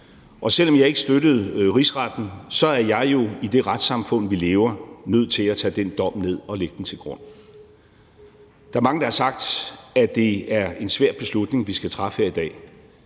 Og selv om jeg ikke støttede nedsættelsen af Rigsretten, så er jeg jo i det retssamfund, vi lever i, nødt til at tage den dom ned og lægge den til grund. Der er mange, der har sagt, at det er en svær beslutning, vi skal træffe her i dag,